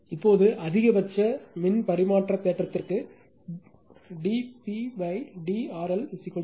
இப்போது அதிகபட்ச மின் பரிமாற்ற தேற்றத்திற்கு d Pd RL0